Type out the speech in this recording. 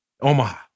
Omaha